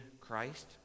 Christ